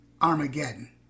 Armageddon